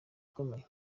ukomeye